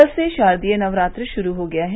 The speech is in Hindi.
कल से शारदीय नवरात्र युरू हो गया है